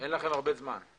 אין לכם הרבה זמן.